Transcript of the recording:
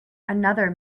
another